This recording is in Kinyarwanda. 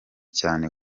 cyane